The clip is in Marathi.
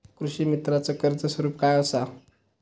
कृषीमित्राच कर्ज स्वरूप काय असा?